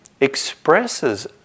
expresses